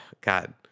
God